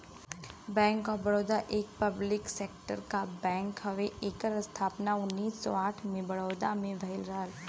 bank of Baroda एक public sector क bank हउवे एकर स्थापना उन्नीस सौ आठ में बड़ोदरा में भयल रहल